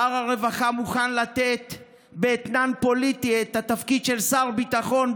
שר הרווחה מוכן לתת באתנן פוליטי את התפקיד של שר ביטחון,